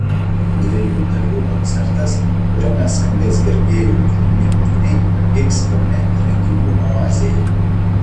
dviejų dalių koncertas kuriame skambės gerbėjų mylimi kūriniai vyks kaune renginių oazėje